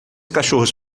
cachorros